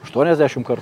aštuoniasdešimt kartų